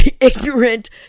ignorant